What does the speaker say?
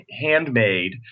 handmade